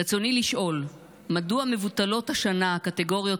רצוני לשאול: 1. מדוע מבוטלות השנה הקטגוריות